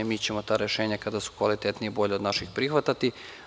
Mi ćemo ta rešenja kada su kvalitetnija i bolja od naših prihvatati.